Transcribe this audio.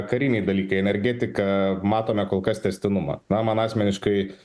kariniai dalykai energetika matome kol kas tęstinumą na man asmeniškai